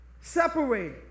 Separated